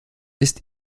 ist